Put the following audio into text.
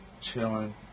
chilling